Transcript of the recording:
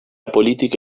política